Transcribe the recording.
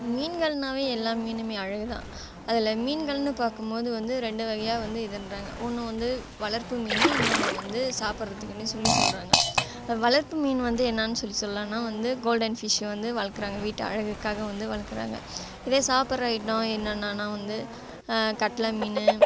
மீன்கள்னாவே எல்லா மீனுமே அழகு தான் அதில் மீன்கள்ன்னு பாக்கும்போது வந்து ரெண்டு வகையாக வந்து இதுன்றாங்க ஒன்று வந்து வளர்ப்பு மீன் இன்னொன்று வந்து சாப்பிட்றதுக்குனே சொல்லி சொல்லுறாங்க வளர்ப்பு மீன் வந்து என்னன்னு சொல்லி சொல்லான்னா வந்து கோல்டன் ஃபிஷ்ஷு வந்து வளர்க்கறாங்க வீட்டு அழகுக்காக வந்து வளர்க்கறாங்க இதே சாப்பிட்ற ஐட்டம் என்னென்னன்னா வந்து கட்ல மீன்